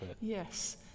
Yes